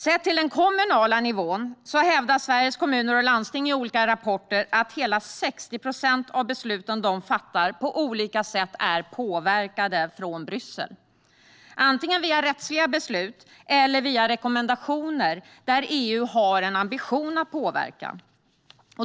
Sett till den kommunala nivån hävdar Sveriges Kommuner och Landsting i olika rapporter att hela 60 procent av de beslut de fattar på olika sätt är påverkade från Bryssel, antingen via rättsliga beslut eller via rekommendationer där EU har en ambition att påverka.